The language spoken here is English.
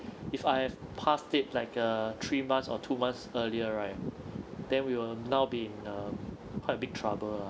if I have passed it like uh three month or two months earlier right then we will now be in a quite big trouble ah